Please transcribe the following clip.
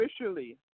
officially